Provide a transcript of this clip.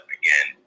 again